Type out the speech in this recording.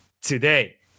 today